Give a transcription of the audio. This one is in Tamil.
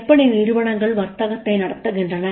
எப்படி நிறுவனங்கள் வர்த்தகத்தை நடத்துகின்றன